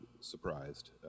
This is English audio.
surprised